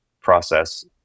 process